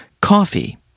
coffee